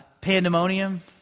pandemonium